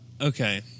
Okay